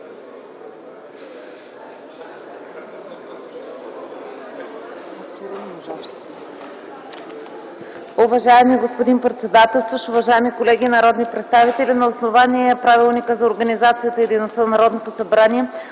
Уважаеми господин председателстващ, уважаеми колеги народни представители! На основание Правилника за